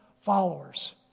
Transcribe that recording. followers